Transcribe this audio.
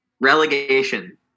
Relegation